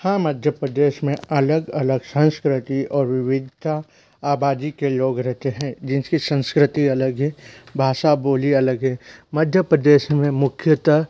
हाँ मध्य प्रदेश में अलग अलग संस्कृति और विविधता आबादी के लोग रहते हैं जिनकी संस्कृति अलग है भाषा बोली अलग है मध्य प्रदेश में मुख्यतः